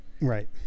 Right